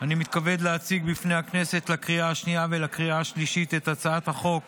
אני מתכבד להציג בפני הכנסת לקריאה השנייה ולקריאה השלישית את הצעת החוק